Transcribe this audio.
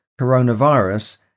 coronavirus